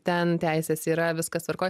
ten teisės yra viskas tvarkoj